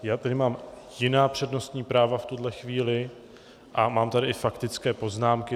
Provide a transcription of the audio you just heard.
Já tady mám jiná přednostní práva v tuhle chvíli a mám tady i faktické poznámky.